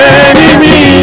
enemy